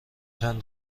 چند